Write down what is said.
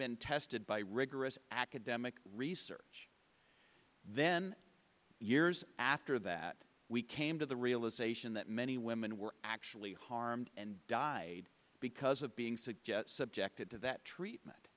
been tested by rigorous academic research then years after that we came to the realization that many women were actually harmed and died because of being suggest subjected to that treatment